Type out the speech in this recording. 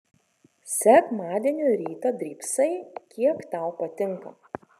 sekmadienio rytą drybsai kiek tau patinka